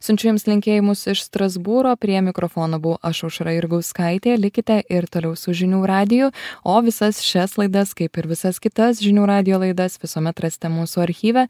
siunčiu jums linkėjimus iš strasbūro prie mikrofono buvau aš aušra jurgauskaitė likite ir toliau su žinių radiju o visas šias laidas kaip ir visas kitas žinių radijo laidas visuomet rasite mūsų archyve